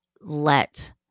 let